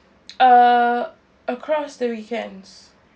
uh across the weekends